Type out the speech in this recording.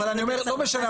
אבל אני אומר לא משנה,